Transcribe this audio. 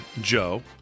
joe